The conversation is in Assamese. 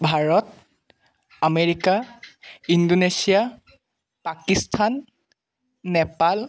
Bharat America Indonesia Pakistan Nepal